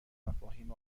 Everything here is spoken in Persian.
مفاهیم